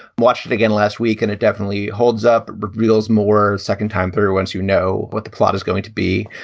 watch it again last week. and it definitely holds up those more second time through once you know what the plot is going to be.